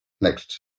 Next